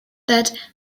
that